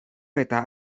eta